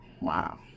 Wow